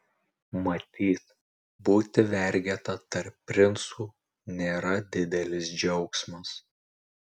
matyt būti vargeta tarp princų nėra didelis džiaugsmas